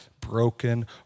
broken